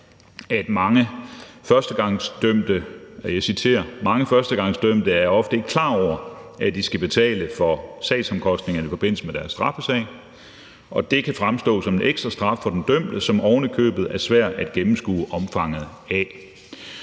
»Mange førstegangsdømte er ofte ikke klar over, at de skal betale for sagsomkostningerne i forbindelse med deres straffesag, og det kan fremstå som en ekstra straf for den dømte, som ovenikøbet er svær at gennemskue omfanget af.«